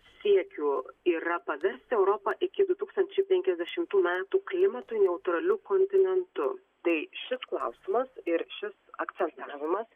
siekių yra paversti europą iki du tūkstančiai penkiasdešimtų metų klimatui neutraliu kontinentu tai šis klausimas ir šis akcentavimas